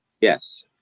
Yes